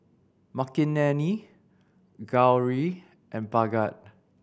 Makineni Gauri and Bhagat